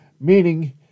meaning